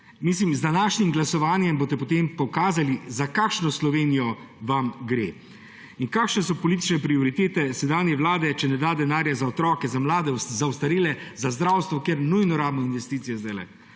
Z današnjim glasovanjem boste potem pokazali, za kakšno Slovenijo vam gre in kakšne so politične prioritete sedanje vlade, če ne da denarja za otroke, za mlade, za ostarele, za zdravstvo, kjer zdaj nujno rabimo investicije.